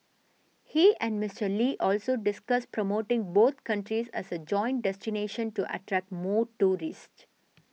he and Mister Lee also discussed promoting both countries as a joint destination to attract more tourists